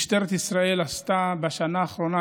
משטרת ישראל עשתה בשנה האחרונה,